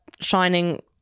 shining